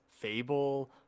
fable